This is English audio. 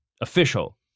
Official